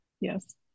Yes